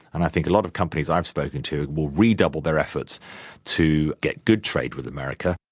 and i think a lot of companies i've spoken to will redouble their efforts to get good trade with america.